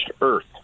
earth